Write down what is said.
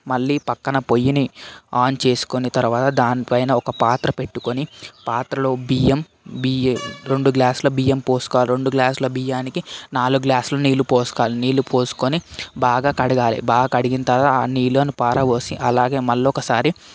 మళ్ళీ పక్కన పొయ్యిని ఆన్ చేసుకుని తర్వాత దానిపైన ఒక పాత్ర పెట్టుకొని పాత్రలో బియ్యం బిఏ రెండు గ్లాసుల బియ్యం పోసుకోలి రెండు గ్లాసుల బియ్యానికి నాలుగు గ్లాసులు నీళ్లు పోసుకోలి నీళ్లు పోసుకుని బాగా కడగాలి బాగా కడిగిన తర్వాత ఆ నీళ్లను పారబోసి అలాగే మళ్ళీ ఒకసారి